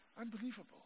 Unbelievable